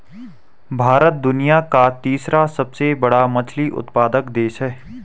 भारत दुनिया का तीसरा सबसे बड़ा मछली उत्पादक देश है